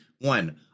one